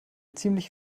ziemlich